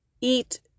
eat